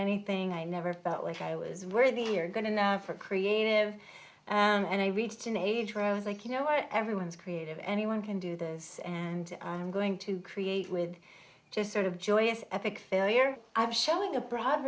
anything i never felt like i was worthy or going to for creative and i reached an age where i was like you know what everyone's creative anyone can do this and i'm going to create with just sort of joyous epic failure i was showing a bro